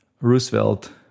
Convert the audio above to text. Roosevelt